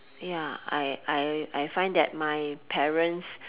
ya I I I find that my parents